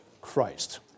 Christ